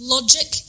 Logic